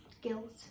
guilt